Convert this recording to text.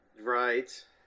Right